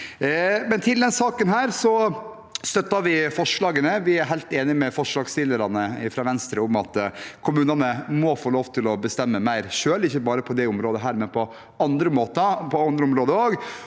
Til denne saken støtter vi forslagene. Vi er helt enig med forslagsstillerne fra Venstre om at kommunene må få lov til å bestemme mer selv, ikke bare på dette området, men også på andre måter og